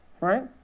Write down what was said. right